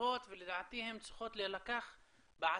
חשובות ולדעתי הן צריכות להילקח בעתיד,